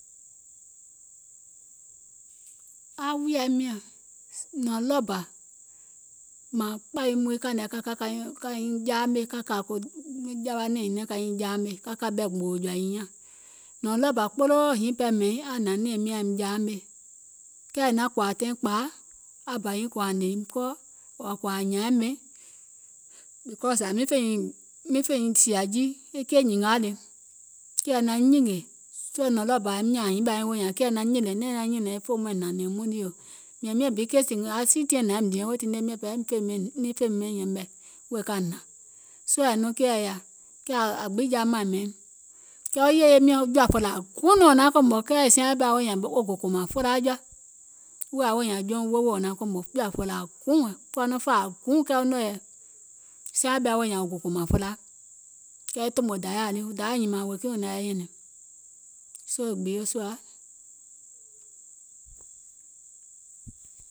Aŋ wùìyaim nyàŋ nɔ̀ɔŋ ɗɔɔ bà mȧȧŋ kpȧyim wii kȧìŋ nɛ ka ka ka nyiŋ jaamè ka kȧ jawa nɛ̀ɛ̀ŋ nyiŋ niìŋ ka nyiŋ jaamè, ka kȧ bɛ̀ gbòò jɔ̀ȧ nyiŋ nyȧŋ, è nɔ̀ɔŋ ɗɔɔ bȧ kpoloo hiŋ pɛɛ mɛ̀iŋ aŋ hnȧŋ nɛ̀ɛ̀ŋ miìŋ aim jaamè, kɛɛ è naȧŋ kòȧ taìŋ kpȧa kòò ȧŋ hnèm kɔɔ ɔ̀ɔ̀ kòò ȧŋ nyȧȧìm ɓɛìŋ, because miŋ fè nyiŋ sìȧ jii keì nyìngaà le, keìɛ naŋ nyìngè, è nɔ̀ɔŋ ɗɔɔ bà nyiŋ ɓɛɛ aim nyȧȧŋ ɗɔɔ bà nyiŋ ɓɛɛ aiŋ woò nyȧȧŋ keìɛ naŋ nyìngè nɛ̀ɛŋ naŋ nyɛ̀nɛ̀ŋ fè ɓɛìŋ hnȧŋ nɛ̀ɛ̀ŋ muìŋ lii yò, mìȧŋ miȧŋ bi samething nɛ nȧŋ yȧìm diɛŋ weètii niŋ fèìm ɓɛìŋ yɛmɛ̀ wèè ka hnàŋ, soo yɛ̀ì nɔŋ keìɛ yaȧ, kɛɛ aŋ gbiŋ jaamàìm mɛ̀iŋ. Kɛɛ wo yèye miɔ̀ŋ jɔ̀ȧ fèlȧȧ guùŋ nɔŋ naŋ kòmò kɛɛ è siaŋ weè ɓɛɛ aŋ woò nyȧȧŋ wò gò kòmàŋ felaa, wèè aŋ woò nyȧȧŋ aŋ jɔùŋ wouwòù nɔŋ wò naŋ kòmò, jɔ̀ȧ fèlȧȧ guùŋ, kuwa nɔŋ fȧȧ guùŋ kɛɛ wo nɔ̀ŋ yɛi, siaŋ weè ɓɛɛ nyȧȧŋ wo gò kòmȧŋ felaa, kɛɛ tòmò dayȧa lii wo dayȧ nyìmȧŋ kɛ̀ wèè kiìŋ wò naŋ yɛi nyɛ̀nɛ̀ŋ, soo e gbio sùȧ